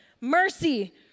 mercy